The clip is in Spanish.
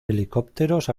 helicópteros